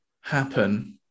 happen